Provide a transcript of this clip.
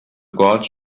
gods